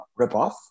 ripoff